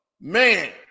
man